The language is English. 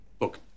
Look